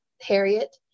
Harriet